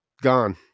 gone